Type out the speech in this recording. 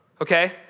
okay